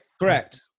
Correct